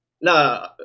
No